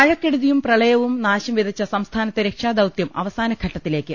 മഴക്കെടുതിയും പ്രളയവും നാശം വിതച്ച സംസ്ഥാനത്തെ രക്ഷാദൌതൃം അവസാനഘട്ടത്തിലേക്ക്